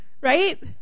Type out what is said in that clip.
right